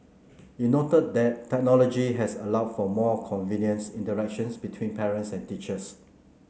it noted that technology has allowed for more convenience interactions between parents and teachers